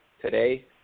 today